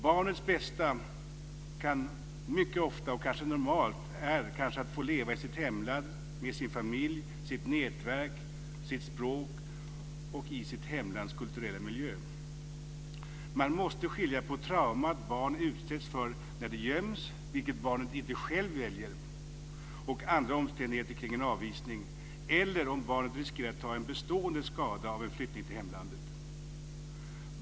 Barnets bästa kan mycket ofta vara, och är kanske normalt, att få leva i sitt hemland med sin familj, sitt nätverk, sitt språk och i sitt hemlands kulturella miljö. Man måste skilja på traumat barn utsätts för när det göms - vilket barnet inte själv väljer - och andra omständigheter kring en avvisning, och om barnet riskerar att få en bestående skada av en flyttning till hemlandet.